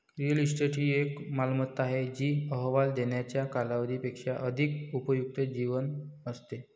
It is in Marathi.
रिअल इस्टेट ही एक मालमत्ता आहे जी अहवाल देण्याच्या कालावधी पेक्षा अधिक उपयुक्त जीवन असते